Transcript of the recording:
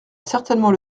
certainement